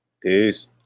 Peace